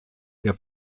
der